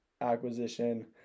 acquisition